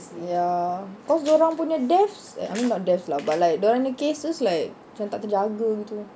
ya cause dorang deaths I mean not deaths lah but like dorang punya cases like macam tak terjaga jer